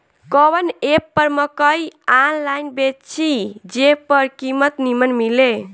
कवन एप पर मकई आनलाइन बेची जे पर कीमत नीमन मिले?